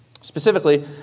Specifically